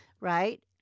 Right